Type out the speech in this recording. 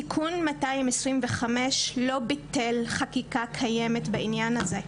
תיקון 225, לא ביטל חקיקה קיימת בעניין הזה.